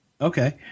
Okay